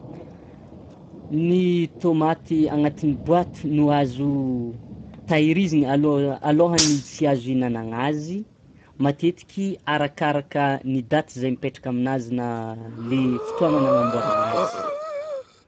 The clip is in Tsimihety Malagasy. Ny tômaty agnatin'ny boite no azo tahirizigny alao- alaohan'ny tsy azo inanagna azy, matetiky arakaraka ny daty zay mipaitraka aminazy na le fotoagna nagnamboaragna azy.